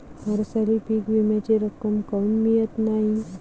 हरसाली पीक विम्याची रक्कम काऊन मियत नाई?